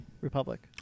Republic